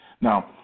Now